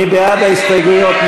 מי בעד ההסתייגויות?